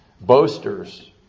boasters